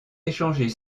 échanger